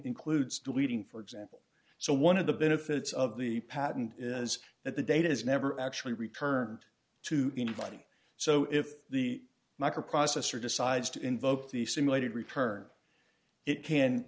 includes deleting for example so one of the benefits of the patent is that the data is never actually returned to anybody so if the microprocessor decides to invoke the simulated return it